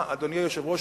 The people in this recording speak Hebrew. אדוני היושב-ראש,